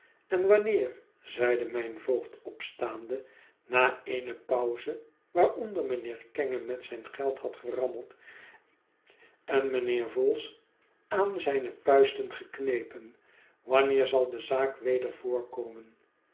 en wanneer zeide mijn voogd opstaande na eene pauze waaronder mijnheer kenge met zijn geld had gerammeld en mijnheer vholes aan zijne puisten geknepen wanneer zal de zaak weder